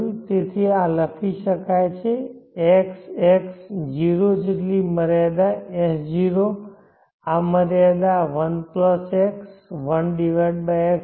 તેથી આ લખી શકાય છે એક્સ એક્સ 0 જેટલી મર્યાદા S0 આ મર્યાદા 1 x 1 x છે